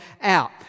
out